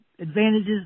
advantages